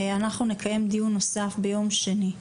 אנחנו נקיים דיון נוסף ביום שני,